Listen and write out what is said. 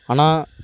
ஆனால்